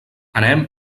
anem